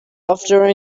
after